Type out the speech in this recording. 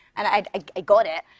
and i i got it,